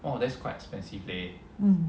hmm